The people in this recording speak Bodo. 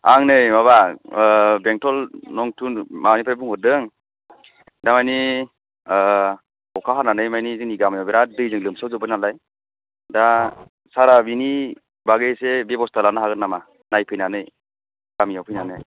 आं नै माबा बेंटल नं टु माबानिफ्राय बुंहरदों दामानि अखा हानानै मानि जोंनि गामियाव बिराथ दैजों लोमसावजोबबाय नालाय दा सारआ बिनि बागै एसे बेब'स्था लानो हागोन नामा नायफैनानै गामियाव फैनानै